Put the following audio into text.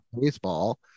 baseball